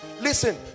listen